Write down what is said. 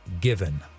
given